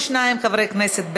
32 חברי הכנסת בעד,